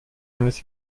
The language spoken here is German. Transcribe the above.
eines